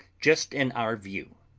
just in our view.